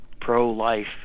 pro-life